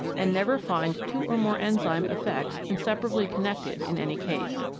and never find two or more enzyme effects in separably connected in any case.